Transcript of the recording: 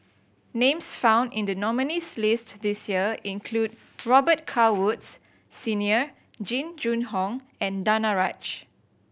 names found in the nominees' list this year include Robet Carr Woods Senior Jing Jun Hong and Danaraj